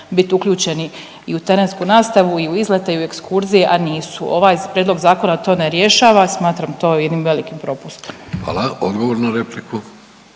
biti uključeni i u terensku nastavu i u izlete i u ekskurzije, a nisu. Ovaj prijedlog zakona to ne rješava, smatram to jednim velikim propustom. **Vidović, Davorko